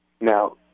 Now